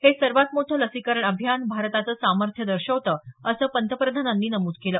हे सर्वात मोठं लसीकरण अभियान भारताचं सामर्थ्य दर्शवतं असं पंतप्रधानांनी नमूद केलं